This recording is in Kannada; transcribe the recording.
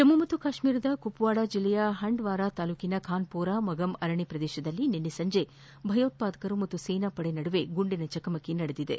ಜಮ್ಮು ಕಾಶ್ವೀರದ ಕುಪ್ನಾರ ಜಿಲ್ಲೆಯ ಹಂದ್ಲಾರಾ ತಾಲ್ಲೂಕಿನ ಖಾನ್ಪೊರಾ ಮಗಮ್ ಅರಣ್ಯ ಪ್ರದೇಶದಲ್ಲಿ ನಿನ್ನೆ ಸಂಜೆ ಭಯೋತ್ಪಾದಕರು ಮತ್ತು ಸೇನಾ ಪಡೆ ನಡುವೆ ಗುಂಡಿನ ಚಕಮಕಿ ನಡೆದಿದೆ